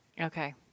Okay